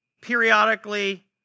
periodically